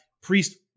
Priest